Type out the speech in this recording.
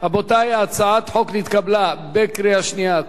הצעת החוק נתקבלה בקריאה שנייה,